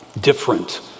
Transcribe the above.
Different